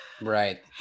right